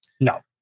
no